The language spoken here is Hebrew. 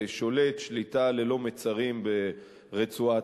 שולט שליטה ללא מצרים ברצועת-עזה.